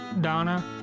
Donna